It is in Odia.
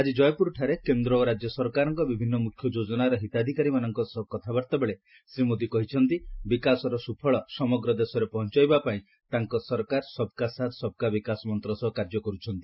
ଆକି ଜୟପ୍ରରଠାରେ କେନ୍ଦ୍ର ଓ ରାଜ୍ୟ ସରକାରଙ୍କ ବିଭିନ୍ନ ମ୍ରଖ୍ୟ ଯୋଜନାର ହିତାଧିକାରୀମାନଙ୍କ ସହ କଥାବାର୍ତ୍ତା ବେଳେ ଶ୍ରୀ ମୋଦି କହିଛନ୍ତି ବିକାଶର ସ୍ରଫଳ ସମଗ୍ର ଦେଶରେ ପହଞ୍ଚାଇବାପାଇଁ ତାଙ୍କ ସରକାର ସବ୍କା ସାଥ୍ ସବ୍କା ବିକାଶ ମନ୍ତ ସହ କାର୍ଯ୍ୟ କରୁଛନ୍ତି